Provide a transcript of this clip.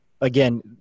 Again